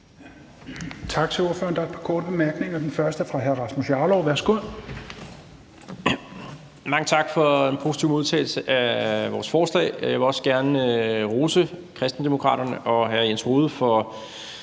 Tak til ordføreren. Der er par korte bemærkninger. Den første er fra hr. Rasmus Jarlov. Værsgo. Kl. 22:35 Rasmus Jarlov (KF): Mange tak for en positiv modtagelse af vores forslag. Jeg vil også gerne rose Kristendemokraterne og hr. Jens Rohde for